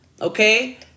okay